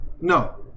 No